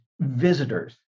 visitors